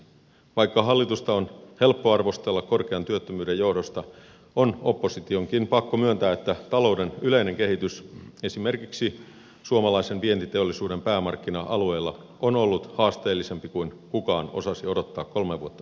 vaikka hallitusta on helppo arvostella korkean työttömyyden johdosta on oppositionkin pakko myöntää että talouden yleinen kehitys esimerkiksi suomalaisen vientiteollisuuden päämarkkina alueilla on ollut haasteellisempi kuin kukaan osasi odottaa kolme vuotta sitten